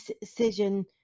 decision